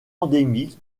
endémique